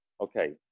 Okay